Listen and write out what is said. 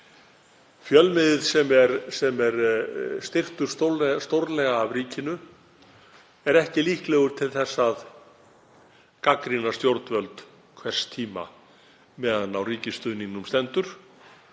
Fjölmiðill sem er styrktur stórlega af ríkinu er ekki líklegur til að gagnrýna stjórnvöld hvers tíma á meðan á ríkisstuðningnum stendur,